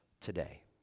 today